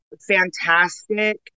fantastic